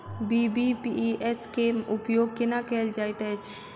BBPS केँ उपयोग केना कएल जाइत अछि?